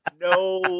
no